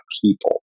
people